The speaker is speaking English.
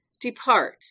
Depart